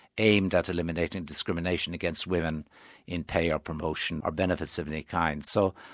aimed at eliminating discrimination against women in pay or promotion, or benefits of any kind. so